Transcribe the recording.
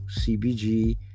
cbg